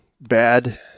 bad